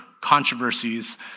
controversies